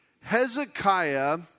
Hezekiah